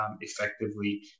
effectively